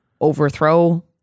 overthrow